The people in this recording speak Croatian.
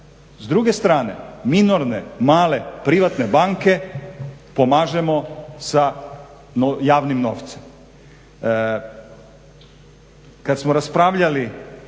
S druge strane, minorne, male privatne banke pomažemo sa javnim novcem. Kad smo raspravljali